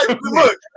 Look